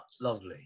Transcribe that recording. Lovely